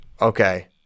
okay